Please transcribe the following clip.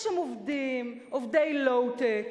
יש שם עובדי low-tech,